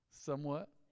Somewhat